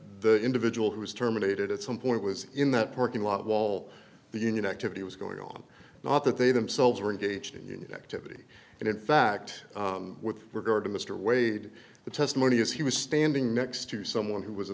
the individual who was terminated at some point was in that parking lot wall the union activity was going on not that they themselves were engaged in union activity and in fact with regard to mr wade the testimony is he was standing next to someone who was a